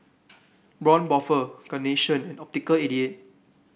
Braun Buffel Carnation and Optical eighty eight